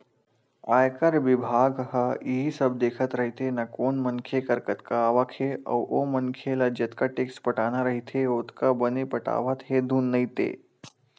आयकर बिभाग ह इही सब देखत रहिथे ना कोन मनखे कर कतका आवक हे अउ ओ मनखे ल जतका टेक्स पटाना रहिथे ओतका बने पटावत हे धुन नइ ते